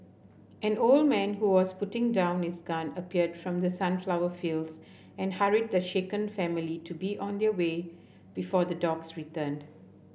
an old man who was putting down his gun appeared from the sunflower fields and hurried the shaken family to be on their way before the dogs returned